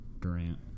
Durant